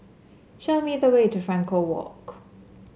show me the way to Frankel Walk